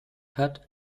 hat